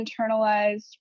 internalized